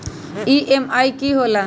EMI की होला?